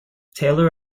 taylor